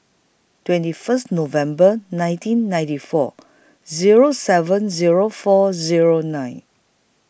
twenty First November nineteen ninety four Zero seven Zero four Zero nine